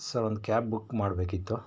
sir ಒಂದು cab book ಮಾಡಬೇಕಿತ್ತು